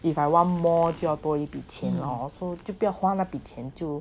if I want more 就要多一笔钱 lor so 不要花那笔钱就